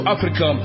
Africa